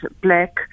black